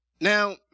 Now